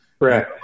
Right